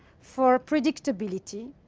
for predictability,